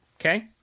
Okay